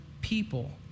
people